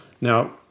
now